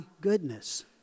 goodness